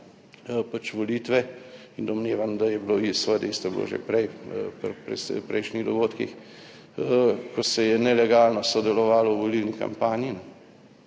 pač volitve in domnevam, da je bilo, seveda tisto je bilo že prej pri prejšnjih dogodkih, ko se je nelegalno sodelovalo v volilni kampanji,